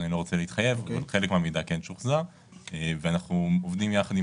אני לא רוצה להתחייב אבל חלק מהמידע כן שוחזר ואנחנו עובדים יחד עם